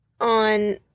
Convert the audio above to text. on